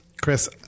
Chris